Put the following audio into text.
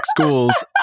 Schools